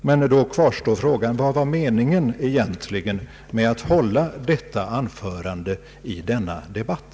— Men då kvarstår frågan: Vad var egentligen meningen med att hålla detta anförande i denna debatt?